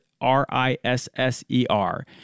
R-I-S-S-E-R